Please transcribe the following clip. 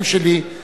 הוא ערוך ומוכן.